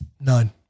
None